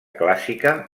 clàssica